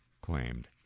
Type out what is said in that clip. claimed